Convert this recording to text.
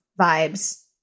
vibes